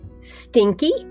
Stinky